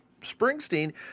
Springsteen